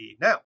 Now